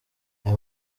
ayo